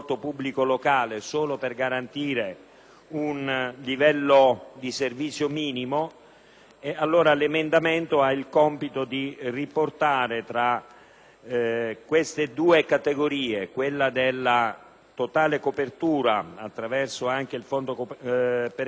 L'emendamento ha il compito di riportare un po' di chiarezza tra queste due categorie, quella della totale copertura attraverso il fondo perequativo dei livelli essenziali, che comprendono sanità, assistenza e istruzione, e la